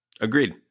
Agreed